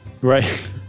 Right